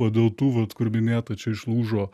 o dėl tų vat kur minėta čia išlūžo